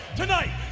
tonight